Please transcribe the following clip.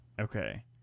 Okay